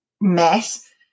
mess